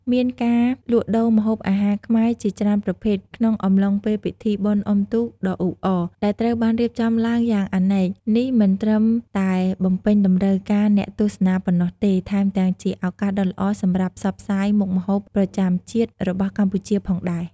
មានការលក់ដូរម្ហូបអាហារខ្មែរជាច្រើនប្រភេទ ក្នុងអំឡុងពេលពិធីបុណ្យអុំទូកដ៏អ៊ូអរ ដែលត្រូវបានរៀបចំឡើងយ៉ាងអនេក នេះមិនត្រឹមតែបំពេញតម្រូវការអ្នកទស្សនាប៉ុណ្ណោះទេ ថែមទាំងជាឱកាសដ៏ល្អសម្រាប់ផ្សព្វផ្សាយមុខម្ហូបប្រចាំជាតិរបស់កម្ពុជាផងដែរ។